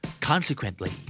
Consequently